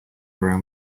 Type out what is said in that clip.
around